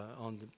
on